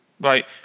right